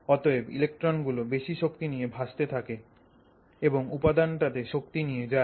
অতএব ইলেক্ট্রন গুলো বেশি শক্তি নিয়ে ভাসতে থাকে এবং উপাদানটাতে শক্তি নিয়ে যায়